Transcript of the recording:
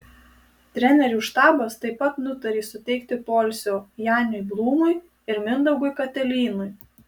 trenerių štabas taip pat nutarė suteikti poilsio janiui blūmui ir mindaugui katelynui